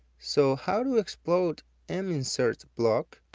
so, how to explode an insert block?